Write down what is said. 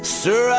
sir